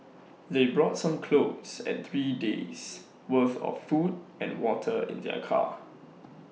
they brought some clothes and three days' worth of food and water in their car